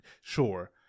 Sure